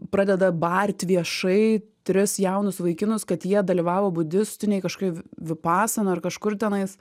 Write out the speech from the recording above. pradeda bart viešai tris jaunus vaikinus kad jie dalyvavo budistinėj kažkokioj vipasanoj ar kažkur tenais